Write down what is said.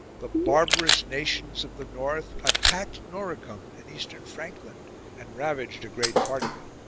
the barbarous nations of the north attacked noricum and eastern frankland and ravaged a great part of it.